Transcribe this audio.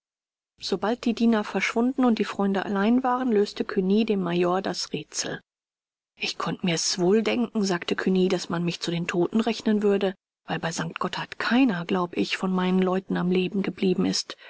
sobald die diener verschwunden und die freunde allein waren löste cugny dem major das rätsel ich konnte mir's wohl denken sagte cugny daß man mich zu den toten rechnen würde weil bei st gotthardt keiner glaub ich von meinen leuten am leben geblieben ist